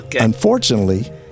unfortunately